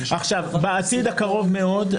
בעתיד הקרוב מאוד,